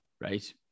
Right